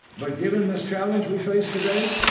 but given this challenge we face today?